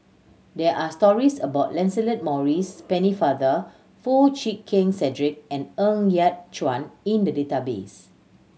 there are stories about Lancelot Maurice Pennefather Foo Chee Keng Cedric and Ng Yat Chuan in the database